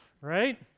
Right